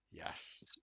Yes